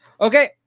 Okay